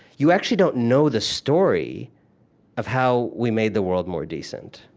you actually don't know the story of how we made the world more decent